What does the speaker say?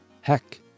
Heck